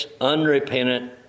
unrepentant